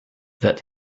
that